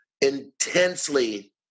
intensely